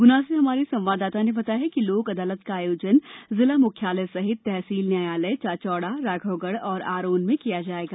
गुना से हमारे संवाददाता ने बताया कि लोक अदालत का आयोजन जिला मुख्यालय सहित तहसील न्यायालय चांचौड़ा राधौगढ़ और आरोन में किया जायेगा